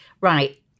right